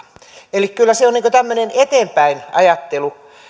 eli kyllä se on tämmöinen eteenpäin ajattelu